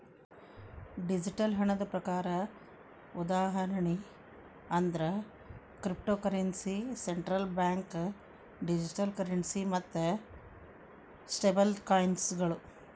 digital ಹಣದ ಪ್ರಕಾರ ಉದಾಹರಣಿ ಅಂದ್ರ cryptocurrency, central bank digital currency ಮತ್ತ ಸ್ಟೇಬಲ್ಕಾಯಿನ್ಗಳ